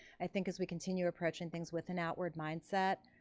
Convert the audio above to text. i think as we continue approaching things with an outward mindset,